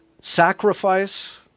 sacrifice